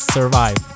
Survive